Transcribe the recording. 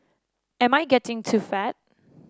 am I getting too fat